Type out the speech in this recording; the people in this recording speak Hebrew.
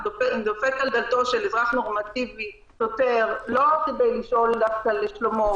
דופק על דלתו של אזרח נורמטיבי שוטר לא רק כדי לשאול דווקא לשלומו,